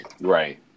Right